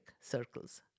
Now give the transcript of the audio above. circles